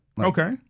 Okay